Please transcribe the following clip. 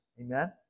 Amen